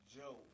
Joe